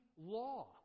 law